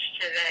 today